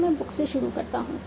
तो मैं बुक से शुरू करता हूं